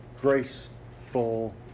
graceful